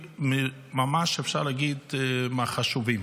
אפשר להגיד שזה נושא חברתי ממש מהחשובים,